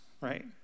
right